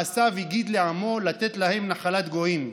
כ"ח הוא: "כֹּח מעשיו הגיד לעמו לתת להם נחלת גויִם",